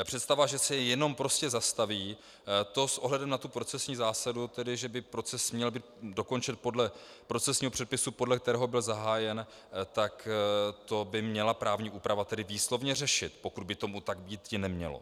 Představa, že se jenom prostě zastaví, to s ohledem na procesní zásadu, že by proces měl být dokončen podle procesního předpisu, podle kterého byl zahájen, tak to by měla právní úprava tedy výslovně řešit, pokud by tomu tak býti nemělo.